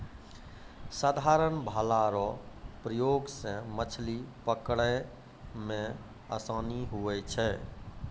साधारण भाला रो प्रयोग से मछली पकड़ै मे आसानी हुवै छै